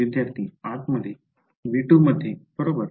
विद्यार्थीः आतमध्ये V2 मध्ये बरोबर